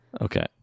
Okay